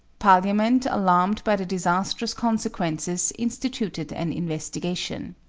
parliament, alarmed by the disastrous consequences, instituted an investigation.